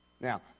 Now